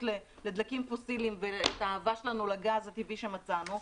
לדלקים פוסיליים ואת האהבה שלנו לגז הטבעי שמצאנו,